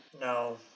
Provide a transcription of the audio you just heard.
No